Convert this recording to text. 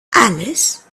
alice